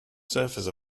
surface